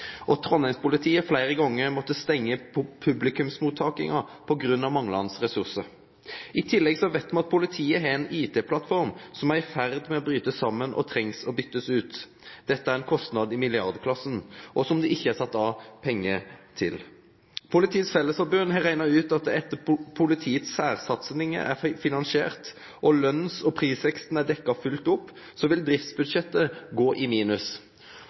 og Trondheims-politiet har flere ganger måttet stenge publikumsmottakelsen på grunn av manglende ressurser. I tillegg vet vi at politiet har en IT-plattform som er i ferd med å bryte sammen, og trengs å byttes ut. Dette er en kostnad i milliardklassen, som det ikke er satt av penger til. Politiets Fellesforbund har regnet ut at etter at politiske særsatsinger er finansiert og lønns- og prisveksten er dekket fullt opp, vil driftsbudsjettet gå i minus.